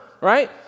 right